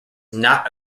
not